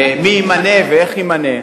מי ימנה ואיך ימנה,